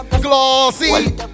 Glossy